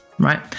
right